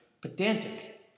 pedantic